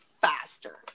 faster